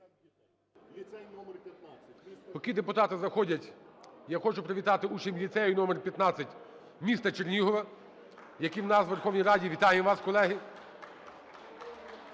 Поки депутати заходять, я хочу привітати учнів ліцею № 15 міста Чернігова, які у нас у Верховній Раді. Вітаємо вас, колеги!